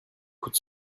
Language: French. coûte